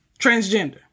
Transgender